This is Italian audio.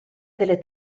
delle